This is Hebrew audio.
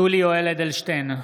(קורא בשמות חברי הכנסת) יולי יואל אדלשטיין,